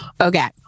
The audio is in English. okay